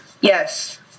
Yes